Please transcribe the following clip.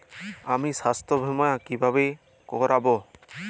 আমি স্বাস্থ্য বিমা কিভাবে করাব?